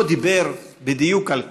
לא דיבר בדיוק על כך?